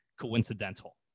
coincidental